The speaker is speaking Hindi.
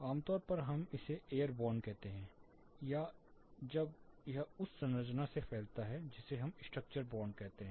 आमतौर पर हम इसे एयर बोर्न कहते हैं या जब यह उस संरचना से फैलता है जिसे हम स्ट्रक्चर बोर्न कहते हैं